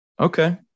Okay